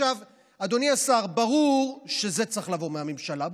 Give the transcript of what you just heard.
אדוני השר, ברור שזה צריך לבוא מהממשלה.